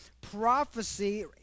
prophecy